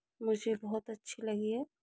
मुझे बहुत अच्छी लगी है